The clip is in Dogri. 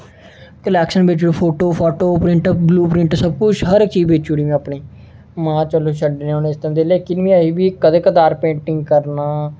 ते ऑक्शन बिच फोटो फाटो प्रिंट ब्लू प्रिंट सब कुछ हर इक चीज बेची ओड़ी में अपनी में आखेआ चलो छड्डने आं उ'नेंगी जेल्लै लेकिन ऐहीं बी कदें कदार पेंटिंग करना हा